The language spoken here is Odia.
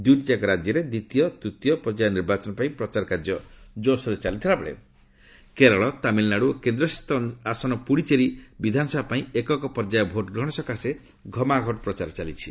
ଦୁଇଟିଯାକ ରାଜ୍ୟରେ ଦ୍ୱିତୀୟ ତୂତୀୟ ପର୍ଯ୍ୟାୟ ନିର୍ବାଚନ ପାଇଁ ପ୍ରଚାର କାର୍ଯ୍ୟ ଜୋରସୋର୍ରେ ଚାଲିଥିବା ବେଳେ କେରଳ ତାମିଲନାଡୁ ଓ କେନ୍ଦ୍ରଶାସିତ ଆସନ ପୁଡୁଚେରୀ ବିଧାନସଭା ପାଇଁ ଏକକ ପର୍ଯ୍ୟାୟ ଭୋଟଗ୍ରହଣ ସକାଶେ ଘମାଘୋଟ ପ୍ରଚାର ଚାଲିଛି